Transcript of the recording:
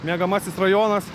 miegamasis rajonas